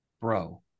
bro